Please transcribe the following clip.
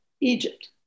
Egypt